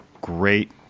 great